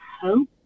hope